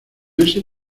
ese